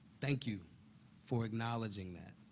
thank you for acknowledging that.